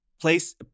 place